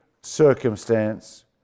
circumstance